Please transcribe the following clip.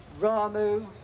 Ramu